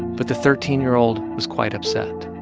but the thirteen year old was quite upset